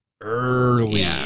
early